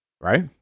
right